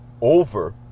over